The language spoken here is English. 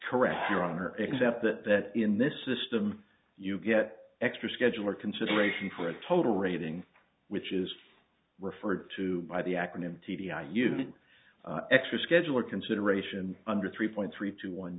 correct your honor except that in this system you get extra schedule or consideration for a total rating which is referred to by the acronym t d i you need extra schedule or consideration under three point three two one